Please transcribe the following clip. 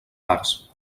parts